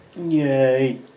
Yay